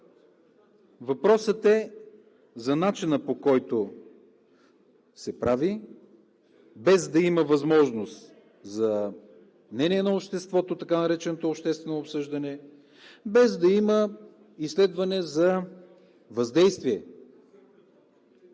Въпросът е за начина, по който се прави, без да има възможност за мнение на обществото – така нареченото обществено обсъждане, без да има изследване за въздействие,